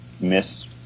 miss